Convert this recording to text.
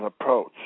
approach